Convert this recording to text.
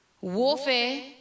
warfare